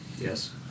Yes